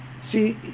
See